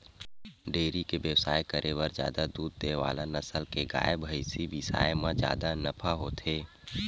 dairy के बेवसाय करे बर जादा दूद दे वाला नसल के गाय, भइसी बिसाए म जादा नफा होथे